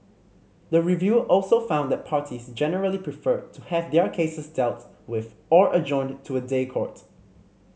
the review also found that parties generally preferred to have their cases dealt with or adjourned to a day court